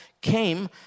came